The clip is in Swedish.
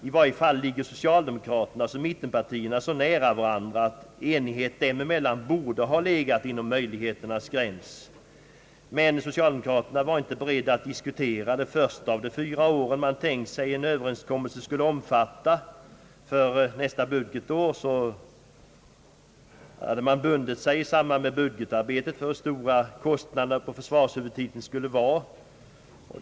I varje fall ligger socialdemokraterna och mittenpartierna så nära varandra, att enighet dem emellan borde ha legat inom möjligheternas gräns. Men socialdemokraterna var inte beredda ait diskutera det första av de fyra år som man hade tänkt sig att en överenskommelse skulle omfatta. För nästa budgetår sade man att man i samband med budgetarbetet hade bundit sig för hur stora kostnaderna på försvarshuvudtiteln skulle vara.